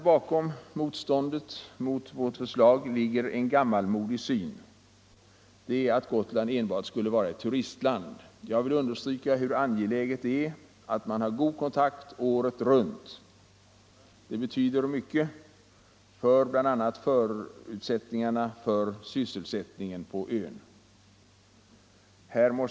Bakom motståndet mot vårt förslag ligger en gammalmodig syn att Gotland skulle vara enbart ett turistland. Jag vill understryka hur angeläget det är att Gotland har god kontakt året runt. Det betyder mycket för sysselsättningen på ön.